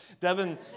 Devin